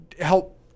help